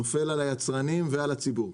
זה נופל על היצרנים ועל הציבור.